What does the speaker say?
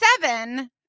seven